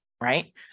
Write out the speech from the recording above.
right